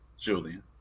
Julian